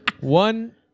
One